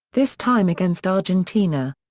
this time against argentina.